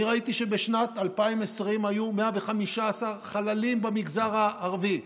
אני ראיתי שבשנת 2020 היו 115 חללים במגזר הערבי.